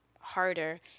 harder